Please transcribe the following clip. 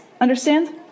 Understand